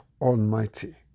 Almighty